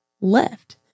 left